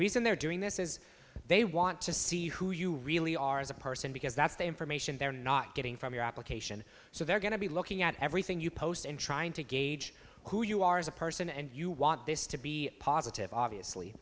reason they're doing this is they want to see who you really are as a person because that's the information they're not getting from your application so they're going to be looking at everything you post in trying to gauge who you are as a person and you want this to be positive obviously